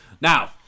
Now